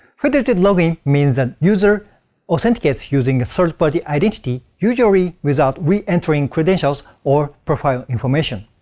federated login means that user authenticates using a third party identity, usually without reentering credentials or profile information.